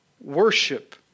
worship